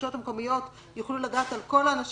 שהרשויות המקומיות יוכלו לדעת על כל האנשים